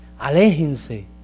Aléjense